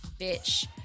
bitch